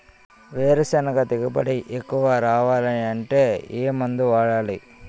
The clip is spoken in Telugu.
వేరుసెనగ దిగుబడి ఎక్కువ రావాలి అంటే ఏ మందు వాడాలి?